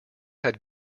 had